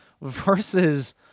versus